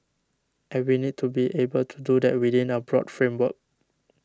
and we need to be able to do that within a broad framework